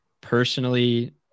personally